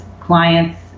clients